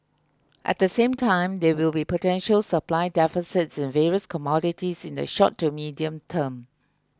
at the same time there will be potential supply deficits in various commodities in the short to medium term